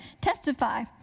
testify